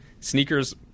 Sneakers